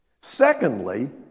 Secondly